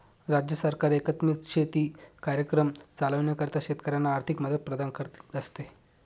राज्य सरकार एकात्मिक शेती कार्यक्रम चालविण्याकरिता शेतकऱ्यांना आर्थिक मदत प्रदान करत असते